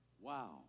Wow